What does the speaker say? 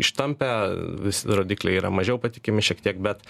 ištampė visi rodikliai yra mažiau patikimi šiek tiek bet